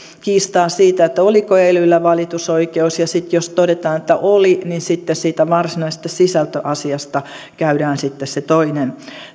kiistaa siitä oliko elyllä valitusoikeus ja jos todetaan että oli niin sitten siitä varsinaisesta sisältöasiasta käydään se toinen